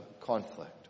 conflict